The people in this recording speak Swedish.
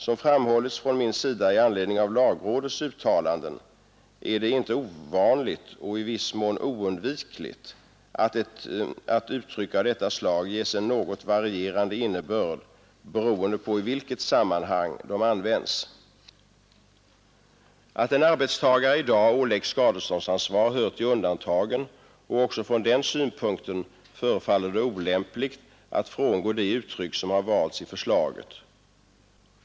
Som framhållits från min sida i anledning av lagrådets uttalande är det inte ovanligt och i viss mån oundvikligt att uttryck av detta slag ges en något varierande innebörd beroende på i vilket sammanhang de används. Att en arbetstagare i dag åläggs skadeståndsansvar hör till undantagen, och också från den synpunkten förefaller det olämpligt att frångå det uttryck som man valt i förslaget.